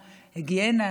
היגיינה,